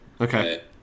Okay